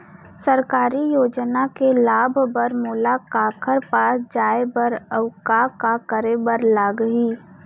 सरकारी योजना के लाभ बर मोला काखर पास जाए बर अऊ का का करे बर लागही?